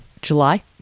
July